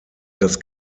das